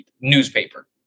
newspaper